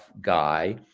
guy